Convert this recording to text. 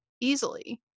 easily